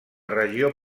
regió